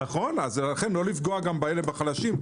נכון, לא לפגוע גם בחלשים.